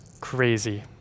crazy